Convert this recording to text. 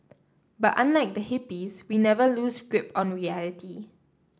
but unlike the hippies we never lose grip on reality